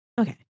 Okay